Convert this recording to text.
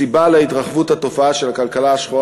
הסיבה להתרחבות התופעה של הכלכלה השחורה